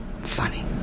funny